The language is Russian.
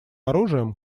оружием